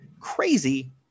crazy